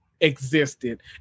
existed